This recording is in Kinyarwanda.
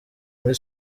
muri